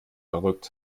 verrückt